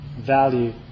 value